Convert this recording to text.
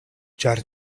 ĉar